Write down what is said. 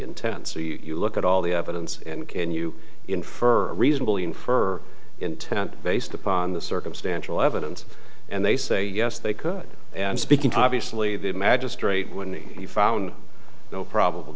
intent so you look at all the evidence and can you infer reasonably infer intent based upon the circumstantial evidence and they say yes they could and speaking to obviously the magistrate when you found no probable